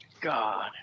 God